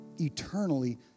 Eternally